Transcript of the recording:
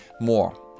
more